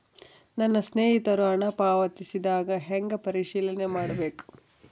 ನನ್ನ ಸ್ನೇಹಿತರು ಹಣ ಪಾವತಿಸಿದಾಗ ಹೆಂಗ ಪರಿಶೇಲನೆ ಮಾಡಬೇಕು?